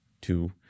two